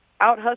out